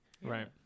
Right